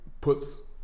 puts